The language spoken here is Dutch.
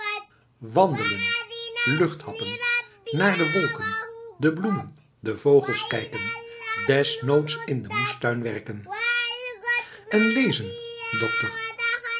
wandelen lucht happen naar de wolken de bloemen de vogels kijken desnoods in den moestuin werken en lezen dokter